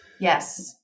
Yes